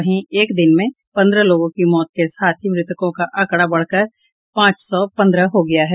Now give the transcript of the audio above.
वहीं एक दिन में पन्द्रह लोगों की मौत के साथ ही मृतकों का आंकड़ा बढ़कर पांच सौ पन्द्रह हो गया है